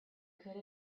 could